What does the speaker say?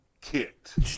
kicked